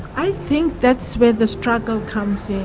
i think that's where the struggle comes in,